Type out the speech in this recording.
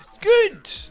Good